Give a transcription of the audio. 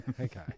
Okay